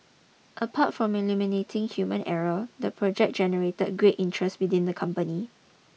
apart from eliminating human error the project generater great interest within the company